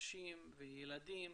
נשים וילדים,